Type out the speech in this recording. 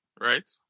right